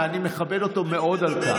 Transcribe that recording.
ואני מכבד אותו מאוד על כך.